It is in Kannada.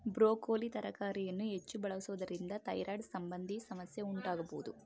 ಬ್ರೋಕೋಲಿ ತರಕಾರಿಯನ್ನು ಹೆಚ್ಚು ಬಳಸುವುದರಿಂದ ಥೈರಾಯ್ಡ್ ಸಂಬಂಧಿ ಸಮಸ್ಯೆ ಉಂಟಾಗಬೋದು